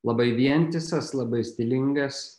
labai vientisas labai stilingas